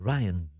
Ryan